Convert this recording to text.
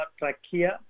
trachea